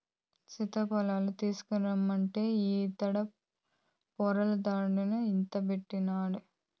సీతాఫలాలు తీసకరమ్మంటే ఈడ పొర్లాడతాన్డావు ఇంతగని